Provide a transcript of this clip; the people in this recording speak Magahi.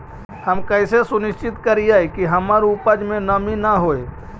हम कैसे सुनिश्चित करिअई कि हमर उपज में नमी न होय?